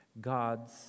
God's